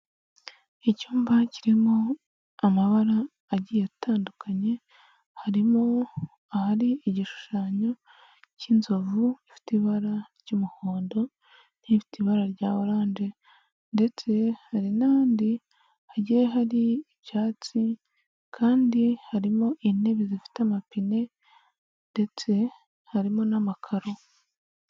Icyumba kirimo amabara agiye atandukanye harimo ahari igishushanyo cy'inzovu ifite ibara ry'umuhondo n'ifite ibara rya oranje, ndetse hari n'ahandi hagiye hari icyatsi kandi harimo intebe zifite amapine ndetse harimo n'amakaro.